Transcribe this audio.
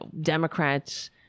Democrats